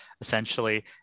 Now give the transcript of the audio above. essentially